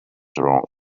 wrong